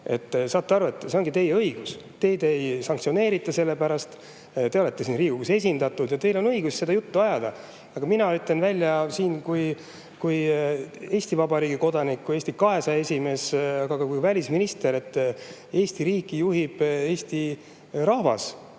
Saate aru, see ongi teie õigus. Teid ei sanktsioneerita selle pärast, te olete Riigikogus esindatud ja teil on õigus seda juttu ajada. Aga mina ütlen välja kui Eesti Vabariigi kodanik, kui Eesti 200 esimees, ka kui välisminister, et Eesti riiki juhib Eesti rahvas.